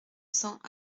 cents